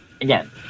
Again